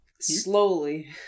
Slowly